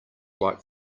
like